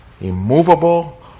immovable